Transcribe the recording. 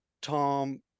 Tom